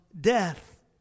death